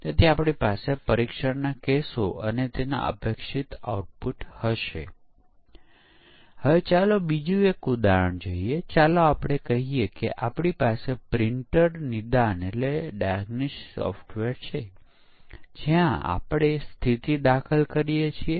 જેમ જેમ જરૂરિયાત સ્પષ્ટીકરણ દસ્તાવેજ બનતું જાય આપણે સિસ્ટમ પરીક્ષણ પ્રવૃત્તિઓની યોજના કરી શકીએ છીએ